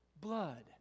blood